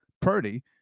Purdy